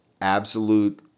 absolute